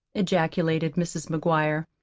ejaculated mrs. mcguire.